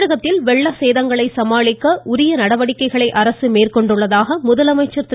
தமிழகத்தில் வெள்ள சேதங்களை சமாளிக்க உரிய நடவடிக்கைகளை அரசு மேற்கொண்டு வருவதாக முதலமைச்சர் திரு